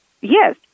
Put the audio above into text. Yes